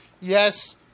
Yes